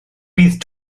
bydd